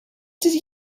did